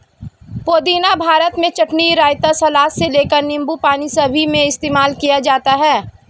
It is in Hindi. पुदीना भारत में चटनी, रायता, सलाद से लेकर नींबू पानी सभी में इस्तेमाल किया जाता है